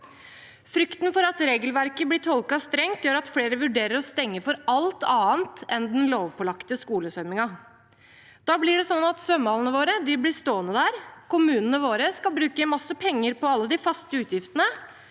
Frykten for at regelverket blir tolket strengt, gjør at flere vurderer å stenge for alt annet enn den lovpålagte skolesvømmingen. Da blir svømmehallene våre stående der, og kommunene vil bruke mye penger på alle de faste utgiftene